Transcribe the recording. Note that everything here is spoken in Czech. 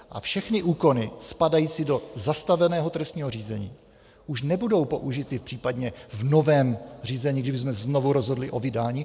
A všechny úkony spadající do zastaveného trestního řízení už nebudou použity případně v novém řízení, kdybychom znovu rozhodli o vydání.